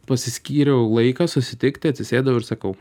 pasiskyriau laiką susitikti atsisėdau ir sakau